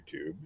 YouTube